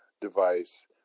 device